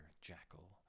Jackal